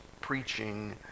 preaching